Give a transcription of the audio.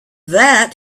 that